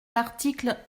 l’article